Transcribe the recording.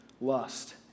lust